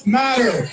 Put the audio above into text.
matter